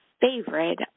favorite